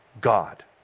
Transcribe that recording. God